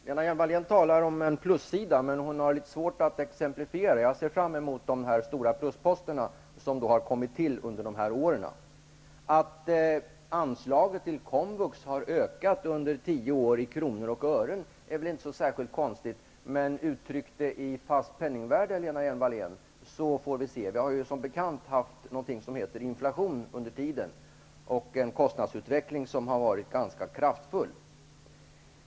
Herr talman! Lena Hjelm-Wallén talar om en plussida, men hon har litet svårt att exemplifiera den. Jag ser fram emot att få ta del av de stora plusposter som har kommit till under de här åren. Att anslaget till komvux har ökat i kronor och ören under tio år är väl inte så konstigt, men uttryck det i fast penningvärde, Lena Hjelm-Wallén, så får vi se! Vi har ju som bekant haft någonting som heter inflation under tiden. Vi har haft en kostnadsutveckling som har varit ganska kraftfull.